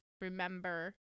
remember